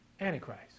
Antichrist